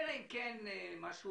לאן זה